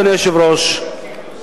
אדוני היושב-ראש,